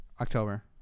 October